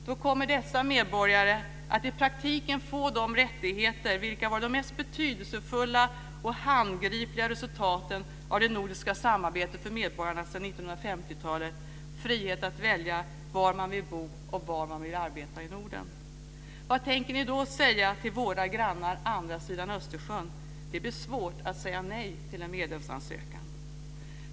Då kommer dessa medborgare att i praktiken få de rättigheter vilka varit de mest betydelsefulla och handgripliga resultaten av det nordiska samarbetet för medborgarna sedan 1950-talet, dvs. frihet att välja var man vill bo och var man vill arbeta i Norden. Vad tänker ni då säga till våra grannar på andra sidan Östersjön? Det blir svårt att säga nej till en medlemsansökan.